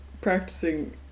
practicing